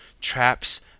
traps